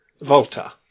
Volta